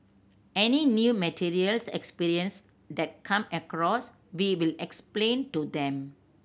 any new materials experiences that come across we will explain to them